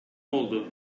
oldu